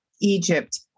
Egypt